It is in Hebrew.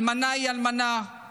אלמנה היא אלמנה,